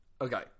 Okay